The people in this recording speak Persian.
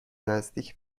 نزدیک